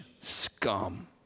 scum